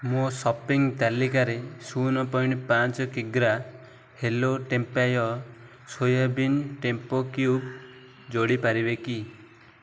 ମୋ ସପିଂ ତାଲିକାରେ ଶୂନ ପଏଣ୍ଟ ପାଞ୍ଚ କିଗ୍ରା ହେଲୋ ଟେମ୍ପାୟ ସୋୟାବିନ୍ ଟେମ୍ପେ କ୍ୟୁବ୍ ଯୋଡ଼ି ପାରିବେ କି